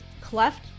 Cleft